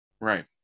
Right